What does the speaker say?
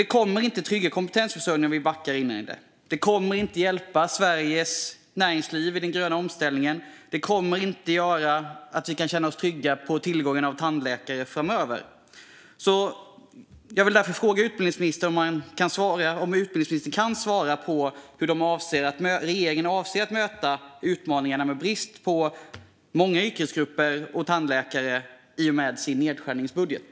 Det kommer inte att trygga kompetensförsörjningen om vi backar in i framtiden. Det kommer inte att hjälpa Sveriges näringsliv i den gröna omställningen. Och det kommer inte att göra att vi kan känna oss trygga med tillgången på tandläkare framöver. Jag vill därför fråga utbildningsministern: Kan han svara på hur regeringen avser att möta utmaningarna med brist på många yrkesgrupper såsom tandläkare i och med sin nedskärningsbudget?